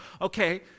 okay